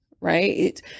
right